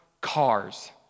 cars